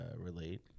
relate